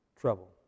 trouble